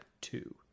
two